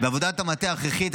ועבודת המטה ההכרחית,